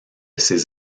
ses